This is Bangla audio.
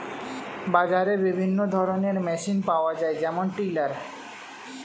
বাজারে বিভিন্ন ধরনের মেশিন পাওয়া যায় যেমন টিলার